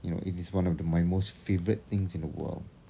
you know it is one of the my most favourite things in the world